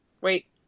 wait